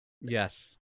Yes